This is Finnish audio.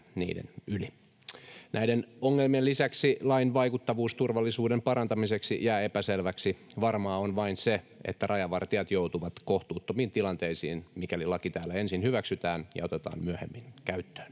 Näiden ongelmien lisäksi lain vaikuttavuus turvallisuuden parantamiseksi jää epäselväksi. Varmaa on vain se, että rajavartijat joutuvat kohtuuttomiin tilanteisiin, mikäli laki täällä ensin hyväksytään ja otetaan myöhemmin käyttöön.